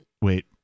wait